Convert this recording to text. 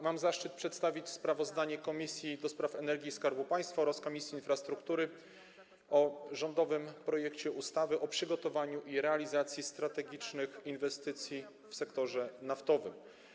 Mam zaszczyt przedstawić sprawozdanie Komisji do Spraw Energii i Skarbu Państwa oraz Komisji Infrastruktury o rządowym projekcie ustawy o przygotowaniu i realizacji strategicznych inwestycji w sektorze naftowym.